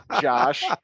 Josh